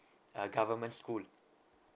a government school